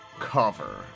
cover